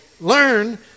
Learn